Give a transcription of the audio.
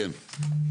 כן.